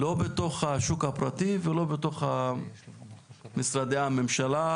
היא לא קיימת בתוך השוק הפרטי ולא בתוך משרדי הממשלה,